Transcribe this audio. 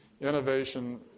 Innovation